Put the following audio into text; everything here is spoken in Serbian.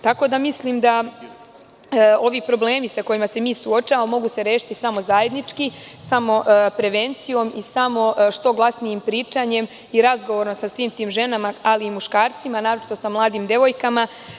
Tako da mislim da ovi problemi sa kojima se mi suočavamo mogu se rešiti samo zajednički, samo prevencijom i samo što glasnijim pričanjem i razgovorom sa svim tim ženama ali i muškarcima, naročito sa mladim devojkama.